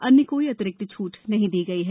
अन्य कोई अतिरिक्त छूट नहीं दी गई है